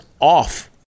off